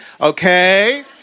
okay